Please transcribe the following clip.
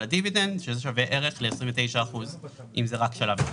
הדיבידנד שזה שווה ערך ל-29 אחוזים אם זה רק שלב אחד.